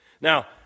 Now